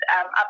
up